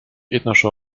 ethnische